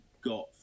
got